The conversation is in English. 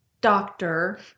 doctor